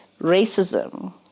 racism